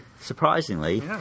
Surprisingly